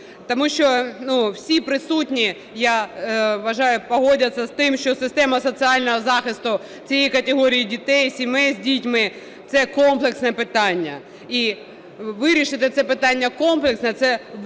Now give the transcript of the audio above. тому що всі присутні, я вважаю, погодяться з тим, що система соціального захисту цієї категорії дітей і сімей з дітьми це комплексне питання. І вирішити це питання комплексно – це